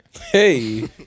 Hey